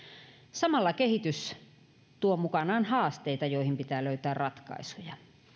samalla kehitys tuo mukanaan haasteita joihin pitää löytää ratkaisuja